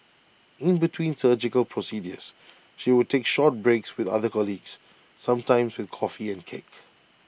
in between surgical procedures she would take short breaks with other colleagues sometimes with coffee and cake